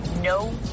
No